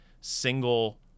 single